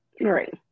Right